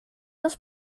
los